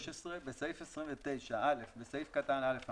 בסעיף 29 - בסעיף קטן (א),